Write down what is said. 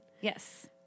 Yes